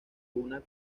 una